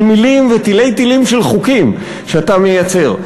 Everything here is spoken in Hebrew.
מילים ותלי תלים של חוקים שאתה מייצר.